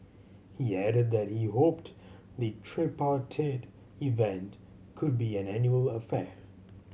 he added that he hoped the tripartite event could be an annual affair